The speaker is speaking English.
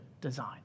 design